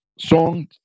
song